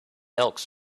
elks